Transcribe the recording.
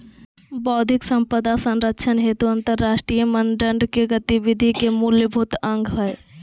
बौद्धिक संपदा संरक्षण हेतु अंतरराष्ट्रीय मानदंड के गतिविधि के मूलभूत अंग हइ